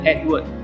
Edward